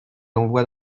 l’envoi